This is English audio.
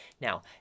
Now